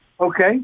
Okay